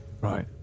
Right